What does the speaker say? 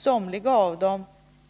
Somliga av dem